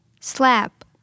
Slap